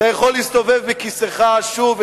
אתה יכול להסתובב בכיסאך שוב ושוב,